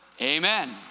amen